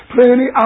Plenty